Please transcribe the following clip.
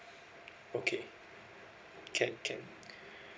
okay can can